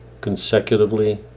consecutively